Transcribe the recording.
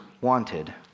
wanted